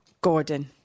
gordon